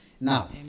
now